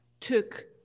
took